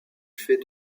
fait